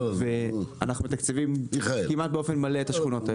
אנחנו מתקצבים כמעט באופן מלא את השכונות האלה.